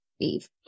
Eve